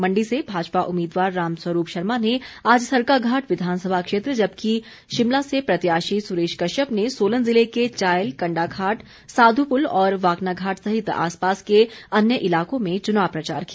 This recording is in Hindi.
मण्डी से भाजपा उम्मीदवार राम स्वरूप शर्मा ने आज सरकाघाट विधानसभा क्षेत्र जबकि शिमला से प्रत्याशी सुरेश कश्यप ने सोलन जिले के चायल कण्डाघाट साध्यपुल और वाकनाघाट सहित आसपास के अन्य इलाकों में चुनाव प्रचार किया